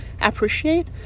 appreciate